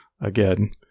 Again